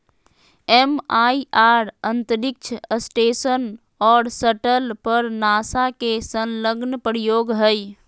MIR अंतरिक्ष station और shuttle पर नासा के संलग्न प्रयोग हइ